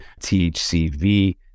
THCV